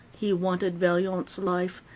he wanted vaillant's life,